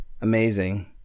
Amazing